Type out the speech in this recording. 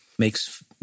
makes